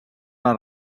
les